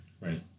Right